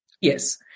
Yes